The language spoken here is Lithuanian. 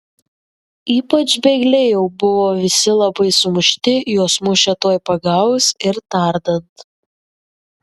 ypač bėgliai jau buvo visi labai sumušti juos mušė tuoj pagavus ir tardant